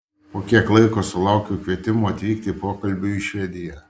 po kiek laiko sulaukiau kvietimo atvykti pokalbiui į švediją